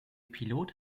pilot